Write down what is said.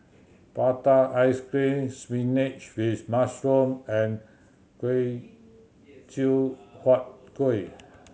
prata ice cream spinach with mushroom and chew Huat Kueh